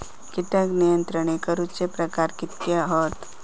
कीटक नियंत्रण करूचे प्रकार कितके हत?